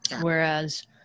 Whereas